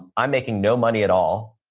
i'm making no money at all.